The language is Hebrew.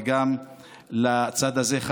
וגם לצד הזה,